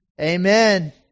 amen